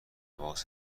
باز